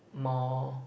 more